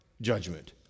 Judgment